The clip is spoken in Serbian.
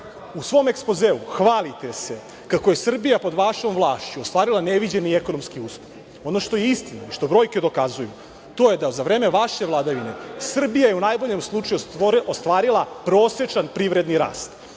U svom ekspozeu hvalite se kako je Srbija pod vašom vlašću ostvarila neviđeni ekonomskih uspeh. Ono što je istina i što brojke dokazuju, to je da za vreme vaše vladavine Srbija je u najboljem slučaju ostvarila prosečan privredni rast.